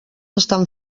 estan